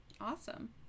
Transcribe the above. Awesome